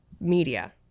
media